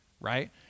right